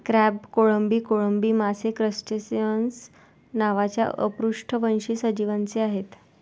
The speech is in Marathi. क्रॅब, कोळंबी, कोळंबी मासे क्रस्टेसिअन्स नावाच्या अपृष्ठवंशी सजीवांचे आहेत